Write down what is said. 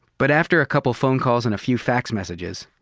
but after a couple of phone calls and a few fax messages,